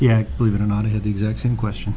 yeah believe it or not i had the exact same question